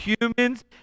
humans